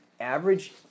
average